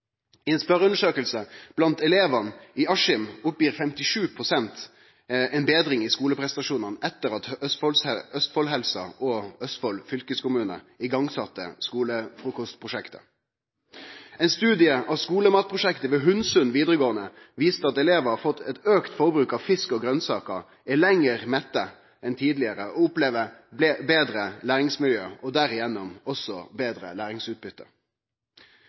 skulefrukostprosjektet. Ein studie av skulematprosjektet ved Hundsund ungdomsskule viste at elevane har fått eit auka forbruk av fisk og grønsaker, er lenger mette enn tidlegare og opplever betre læringsmiljø og dermed også betre